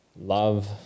love